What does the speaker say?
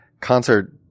concert